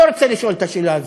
לא רוצה לשאול את השאלה הזאת.